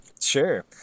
sure